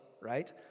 right